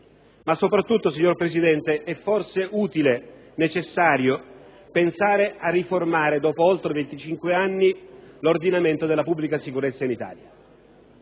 ma, soprattutto, signor Presidente, è forse utile e necessario pensare a riformare, dopo oltre 25 anni, l'ordinamento della pubblica sicurezza in Italia.